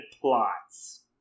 plots